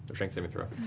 um strength saving throw.